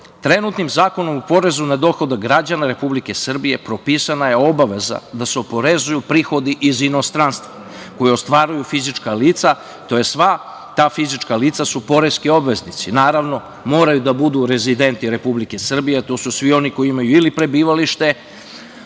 trenutnim Zakonom o porezu na dohodak građana propisana je obaveza da se oporezuju prihodi iz inostranstva, koje ostvaruju fizička lica. Ta sva fizička lica su poreski obveznici. Naravno, moraju da budu rezidenti Republike Srbije, to su oni koji imaj ili prebivalište